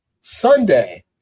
Sunday